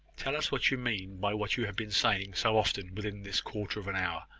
tell us what you mean by what you have been saying so often within this quarter of an hour.